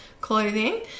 clothing